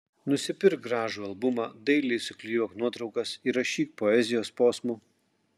nusipirk gražų albumą dailiai suklijuok nuotraukas įrašyk poezijos posmų